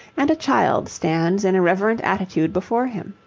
and a child stands in a reverent attitude before him.